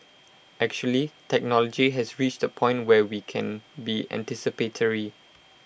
actually technology has reached A point where we can be anticipatory